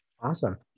Awesome